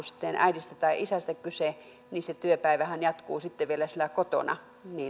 sitten äidistä tai isästä kyse jonka työpäivä jatkuu sitten vielä kotona